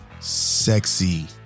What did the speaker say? sexy